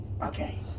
Okay